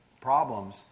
problems